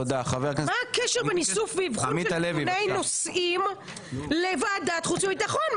מה הקשר בין איסוף ואבחון נתוני נוסעים לוועדת חוץ וביטחון?